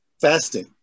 fasting